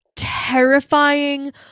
terrifying